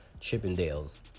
Chippendales